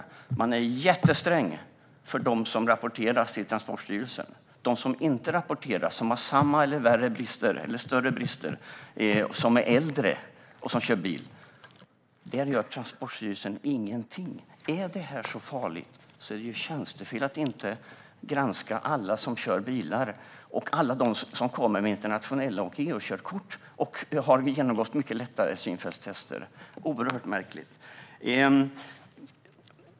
Transportstyrelsen är jättesträng mot dem som rapporteras medan man inte gör något mot dem som inte rapporteras men som har samma eller större brister, är äldre och kör bil. Om det är så farligt är det tjänstefel att inte granska alla som kör bil och alla som kommer med internationella körkort eller EU-körkort, som ju har genomgått mycket lättare syntester. Det är mycket märkligt.